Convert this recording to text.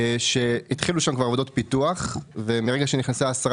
התחילו שם כבר עבודות פיתוח ומרגע שנכנסה השרה